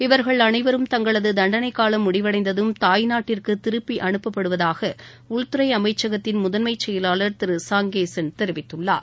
இவர்கள் அனைவரும் தங்களது தண்டனை காலம் முடிவடைந்ததும் தாய்நாட்டிற்கு திருப்பி அனுப்பப்படுவதாக உள்துறை அமைச்சகத்தின் முதன்மை செயலாளர் திரு சாங்கேசன் தெரிவித்துள்ளார்